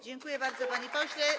Dziękuję bardzo, panie pośle.